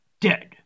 dead